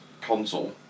console